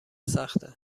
سخته